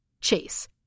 Chase